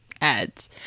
ads